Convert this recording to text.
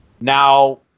Now